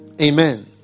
amen